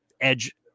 edge